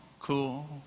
cool